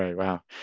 wow.